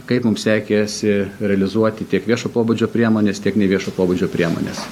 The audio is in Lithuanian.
kaip mums sekėsi realizuoti tiek viešo pobūdžio priemones tiek neviešo pobūdžio priemones